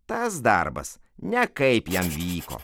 tas darbas ne kaip jam vyko